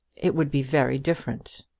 it would be very different.